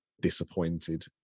disappointed